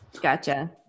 Gotcha